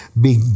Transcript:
big